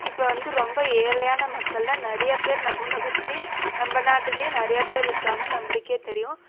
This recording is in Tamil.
இப்போ வந்து ரொம்ப ஏழையான மக்கள்னா நிறையா பேர் நம்ம உலகத்தில் நம்ம நாட்டில் நிறையா பேர் இருக்காங்க நம்மளுக்கே தெரியும்